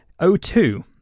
O2